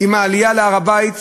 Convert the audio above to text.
עם העלייה להר-הבית,